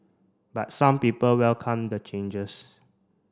but some people welcome the changes